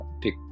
pick